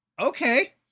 Okay